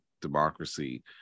democracy